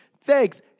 Thanks